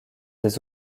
des